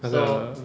那个